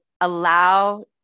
allow